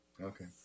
okay